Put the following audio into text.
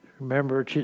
Remember